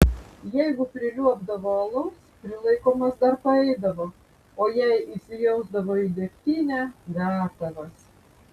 jeigu priliuobdavo alaus prilaikomas dar paeidavo o jei įsijausdavo į degtinę gatavas